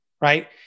right